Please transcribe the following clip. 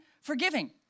forgiving